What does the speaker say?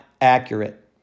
accurate